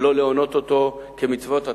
ולא להונות אותו, כמצוות התורה,